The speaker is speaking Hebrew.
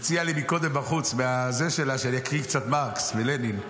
הציע לי מקודם בחוץ שאני אקריא קצת מרקס ולנין.